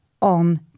on